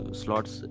slots